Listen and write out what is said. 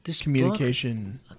communication